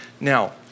Now